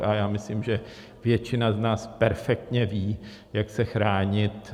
A já myslím, že většina z nás perfektně ví, jak se chránit.